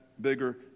bigger